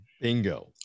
Bingo